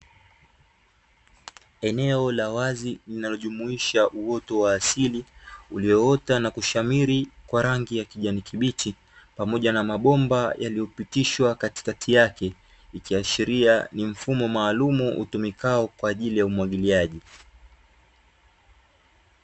Eneo la wazi linalojumuisha uoto wa asili ulioota na kushamiri kwa rangi ya kijani kibichi pamoja na mabomba yaliyopitishwa katikati yake, ikiashiria ni mfumo maalumu utumikao kwa ajili ya umwagiliaji.